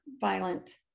violent